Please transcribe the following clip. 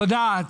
תודה.